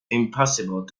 impossible